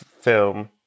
film